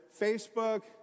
Facebook